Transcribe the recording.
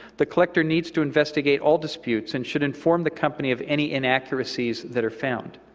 the collector needs to investigate all disputes and should inform the company of any inaccuracies that are found.